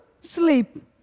sleep